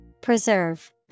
Preserve